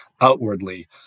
outwardly